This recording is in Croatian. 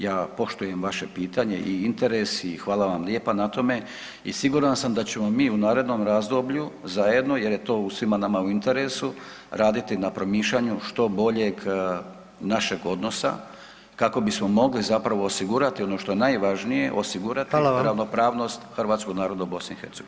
Ja poštujem vaše pitanje i interes i hvala vam lijepa na tome i siguran sam da ćemo mi u narednom razdoblju zajedno jer je to svima nama u interesu raditi na promišljanju što boljeg našeg odnosa kako bismo mogli zapravo osigurati ono što je najvažnije, osigurati ravnopravnost hrvatskog naroda u BiH.